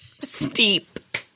Steep